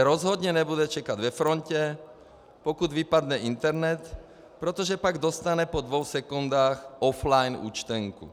Rozhodně nebude čekat ve frontě pokud vypadne internet, protože pak dostane po dvou sekundách offline účtenku.